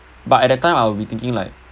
but at that time I will be thinking like